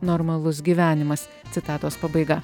normalus gyvenimas citatos pabaiga